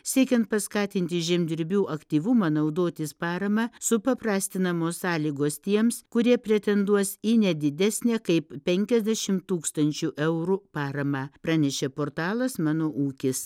siekiant paskatinti žemdirbių aktyvumą naudotis parama supaprastinamos sąlygos tiems kurie pretenduos į ne didesnę kaip penkiasdešim tūkstančių eurų paramą pranešė portalas mano ūkis